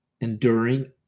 enduring